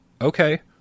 okay